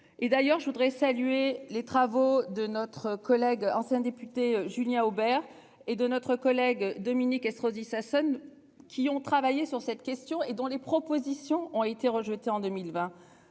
et d'ailleurs je voudrais saluer les travaux de notre collègue, ancien député Julien Aubert et de notre collègue Dominique Estrosi Sassone qui ont travaillé sur cette question et dont les propositions ont été rejetées en 2020.